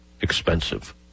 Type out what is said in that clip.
expensive